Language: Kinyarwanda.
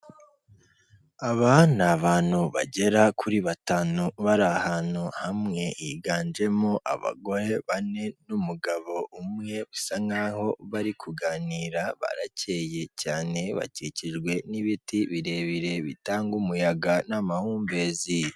Aba ni abantu bagera kuri batanu bari ahantu hamwe, higanjemo abagore bane n'umugabo umwe basa nkaho bari kuganira, baracyeye cyane, bakikijwe n'ibiti birebire bitanga umuyaga n'amahumbezi.